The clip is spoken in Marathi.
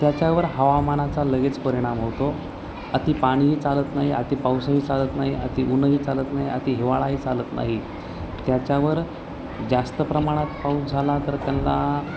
त्याच्यावर हवामानाचा लगेच परिणाम होतो अति पाणीही चालत नाही आति पाऊसही चालत नाही आति ऊनही चालत नाही अति हिवाळाही चालत नाही त्याच्यावर जास्त प्रमाणात पाऊस झाला तर त्यांना